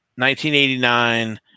1989